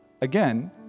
Again